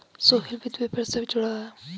सोहेल वित्त व्यापार से जुड़ा हुआ है